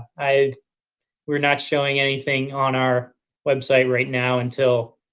i'd we're not showing anything on our website right now until,